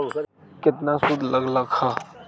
केतना सूद लग लक ह?